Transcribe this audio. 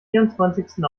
vierundzwanzigsten